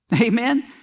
Amen